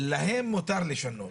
המינוח הנכון הוא: להם מותר לשנות,